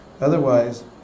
Otherwise